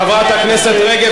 חברת הכנסת רגב,